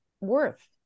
worth